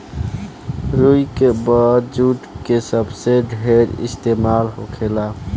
रुई के बाद जुट के सबसे ढेर इस्तेमाल होखेला